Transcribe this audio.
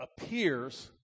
appears